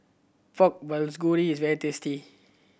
Pork Bulgogi is very tasty